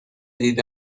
دیده